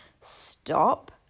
stop